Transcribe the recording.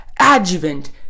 adjuvant